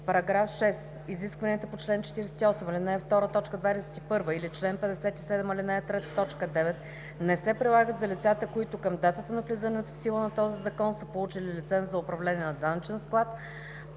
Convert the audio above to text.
„§ 6. Изискванията по чл. 48, ал. 2, т. 21 или чл. 57, ал. 3, т. 9 не се прилагат за лицата, които към датата на влизане в сила на този закон са получили лиценз за управление на данъчен склад